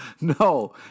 No